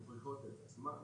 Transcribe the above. הבדיקות מוכיחות את עצמן